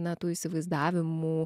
na tų įsivaizdavimų